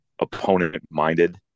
opponent-minded